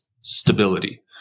stability